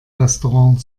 restaurant